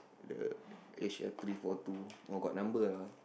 uh Asia three four two oh got number ah